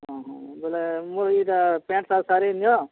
ହଁ ହଁ ବେଲେ ମୋର୍ ଇଟା ପ୍ୟାଣ୍ଟ୍ ଶାର୍ଟ୍ ସାରି ନିଅ